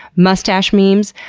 mustache memes.